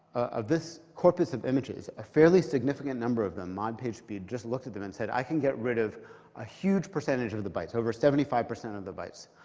this corpus of images, a fairly significant number of them, mod pagespeed just looked at them and said, i can get rid of a huge percentage of of the bytes. over seventy five percent of the bytes.